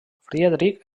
friedrich